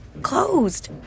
closed